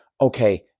okay